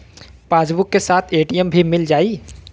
Passbook के साथ ATM भी मील जाई?